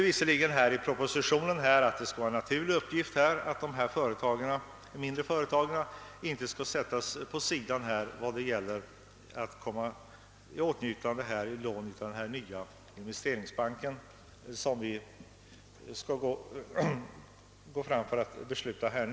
I propositionen säges visserligen att de mindre fö retagen inte skall skjutas åt sidan när det gäller att komma i åtnjutande av lån från den nya investeringsbank som vi skall besluta om.